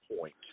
point